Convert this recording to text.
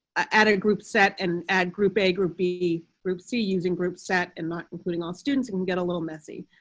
add a group set and ad group, a group b group see using group set and not including all students can get a little messy,